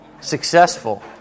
Successful